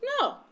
No